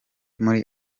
muri